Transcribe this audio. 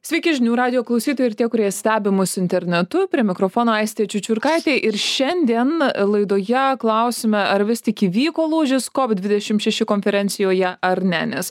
sveiki žinių radijo klausytojai ir tie kurie stebi mus internetu prie mikrofono aistė čiučiurkaitė ir šiandien laidoje klausime ar vis tik įvyko lūžis kovi dvidešim šeši konferencijoje ar ne nes